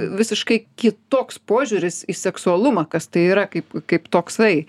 visiškai kitoks požiūris į seksualumą kas tai yra kaip kaip toksai